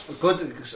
good